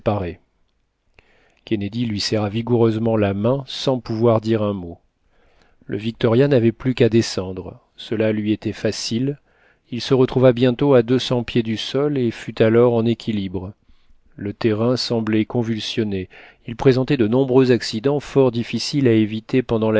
kennedy lui serra vigoureusement la main sans pouvoir dire un mot le victoria n'avait plus qu'à descendre cela lui était facile il se retrouva bientôt à deux cents pieds du sol et fut alors en équilibre le terrain semblait convulsionné il présentait de nombreux accidents fort difficiles à éviter pendant